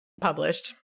published